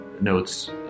notes